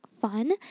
fun